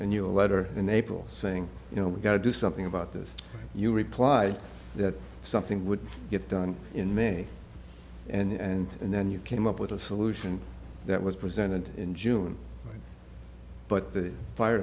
and you a letter in april saying you know we've got to do something about this you replied that something would get done in may and and then you came up with a solution that was presented in june but the fire